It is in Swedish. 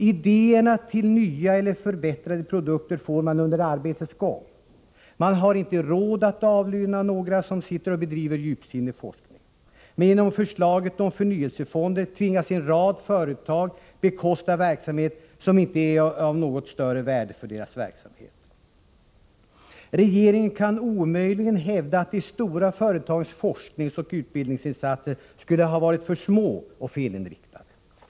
Idéerna till nya eller förbättrade produkter får man under arbetets gång. Man har inte råd att avlöna några som sitter och bedriver djupsinnig forskning. Men genom förslaget om förnyelsefonder tvingas en rad företag bekosta forskning som inte är av något större värde för deras verksamhet. Regeringen kan omöjligen hävda att de stora företagens forskningsoch utbildningsinsatser skulle ha varit för små och felinriktade.